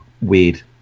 weird